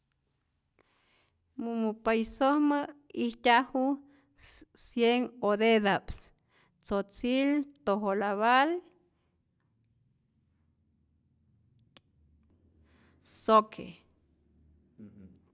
Mumu paisojmä ijtyaju cien oteta'p, tsotsil, tojolabal, zoque.